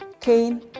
Cain